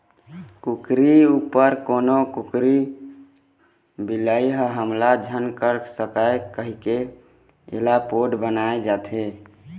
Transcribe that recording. कुकरी उपर कोनो कुकुर, बिलई ह हमला झन कर सकय कहिके एला पोठ बनाए जाथे